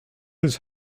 his